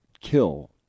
kill